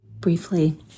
briefly